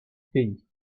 pays